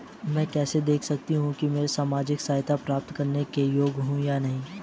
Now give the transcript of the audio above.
मैं कैसे देख सकती हूँ कि मैं सामाजिक सहायता प्राप्त करने के योग्य हूँ या नहीं?